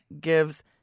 gives